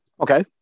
Okay